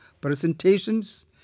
presentations